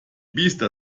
biester